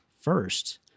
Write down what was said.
first